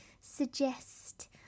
suggest